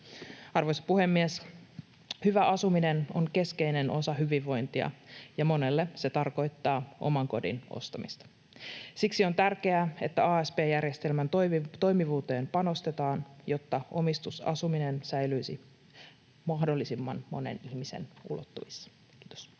Arvoisa puhemies! Hyvä asuminen on keskeinen osa hyvinvointia, ja monelle se tarkoittaa oman kodin ostamista. Siksi on tärkeää, että asp-järjestelmän toimivuuteen panostetaan, jotta omistusasuminen säilyisi mahdollisimman monen ihmisen ulottuvissa. — Kiitos.